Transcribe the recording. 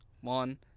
one